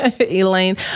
Elaine